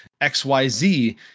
XYZ